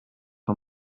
for